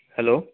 hello